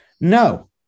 No